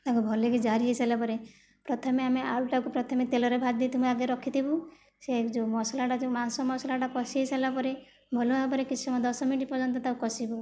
ତାକୁ ଭଲକି ଜାରି ହୋଇସାରିଲା ପରେ ପ୍ରଥମେ ଆମେ ଆଳୁଟାକୁ ପ୍ରଥମେ ତେଲରେ ଭାଜି ଦେଇଥିମୁ ମୁଁ ଆଗେ ରଖିଥିବୁ ସେ ଯେଉଁ ମସଲାଟା ଯୋଉ ମାଂସ ମସଲାଟା କଷି ହୋଇସାରିଲା ପରେ ଭଲ ଭାବରେ କିଛି ସମୟ ଦଶ ମିନିଟ୍ ପର୍ଯ୍ୟନ୍ତ ତାକୁ କଷିବୁ